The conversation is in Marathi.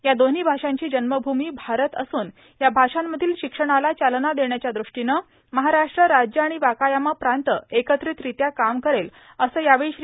या दोव्ही भाषांची जन्मभूमी भारत असून या भाषांमधील शिक्षणाला चालना देण्याच्या द्रष्टीनं महाराष्ट्र राज्य आणि वाकायामा प्रांत एकत्रितरित्या काम करेल असं यावेळी श्री